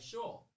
Sure